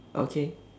okay